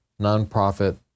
nonprofit